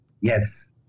Yes